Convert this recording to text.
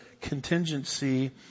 contingency